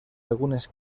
algunes